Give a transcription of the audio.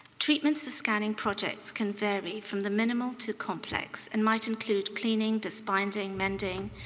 treatments for scanning projects can vary from the minimal to complex and might include cleaning, disbinding, mending,